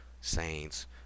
Saints